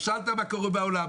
שאלת מה קורה בעולם.